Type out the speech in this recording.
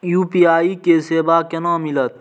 UPI के सेवा केना मिलत?